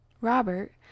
Robert